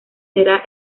será